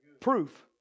Proof